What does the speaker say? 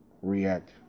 react